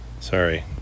Sorry